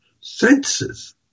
senses